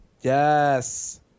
Yes